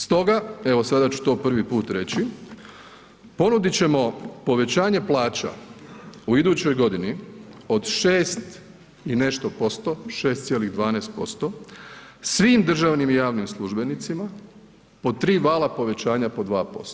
Stoga, evo sada ću to prvi put reći, ponuditi ćemo povećanje plaća u idućoj godini od 6 i nešto posto, 6,12% svim državnim i javnim službenicima po tri vala povećanja po 2%